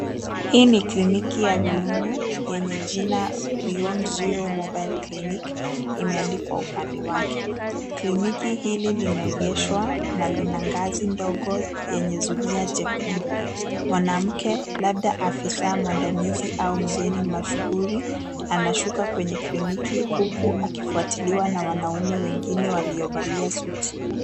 Hii ni kliniki ya rununu yenye jina, beyond zero mobile clinic, imeandikwa upande wake. Kliniki hili limeegeshwa na lina ngazi ndogo yenye zulia jekundu. Mwanamke, labda afisaa mwandalizi au mgeni mashuhuri anashuka kwenye kliniki huku akifuatiliwa na wanaume wengine waliovalia suti.